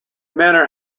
manor